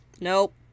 Nope